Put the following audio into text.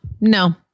No